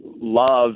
love